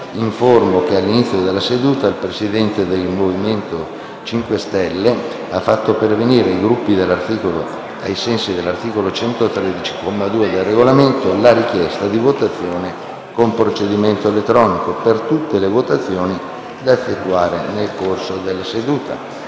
che all'inizio della seduta il Presidente del Gruppo MoVimento 5 Stelle ha fatto pervenire, ai sensi dell'articolo 113, comma 2, del Regolamento, la richiesta di votazione con procedimento elettronico per tutte le votazioni da effettuare nel corso della seduta.